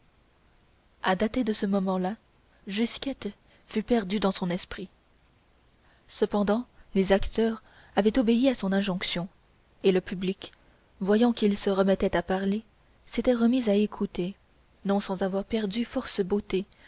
à dater de ce moment-là gisquette fut perdue dans son esprit cependant les acteurs avaient obéi à son injonction et le public voyant qu'ils se remettaient à parler s'était remis à écouter non sans avoir perdu force beautés